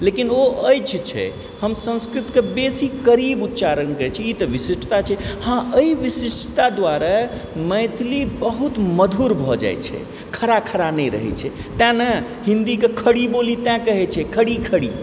लेकिन ओ अछि छै हम संस्कृतके बेसी करीब उच्चारण ई तऽ विशिष्टता छै हँ एहि विशिष्टता दुआरे मैथिली बहुत मधुर भऽ जाइत छै खड़ा खड़ा नहि रहए छै तैं न हिन्दीक खरी बोली तैं कहैत छै खरी खरी